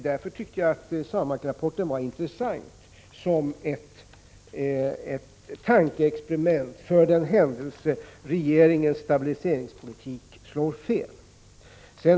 Därför tycker jag att SAMAK-rapporten var intressant som ett tankeexperiment för den händelse regeringens stabiliseringspolitik slår fel.